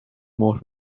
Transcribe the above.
مهر